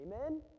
Amen